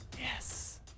Yes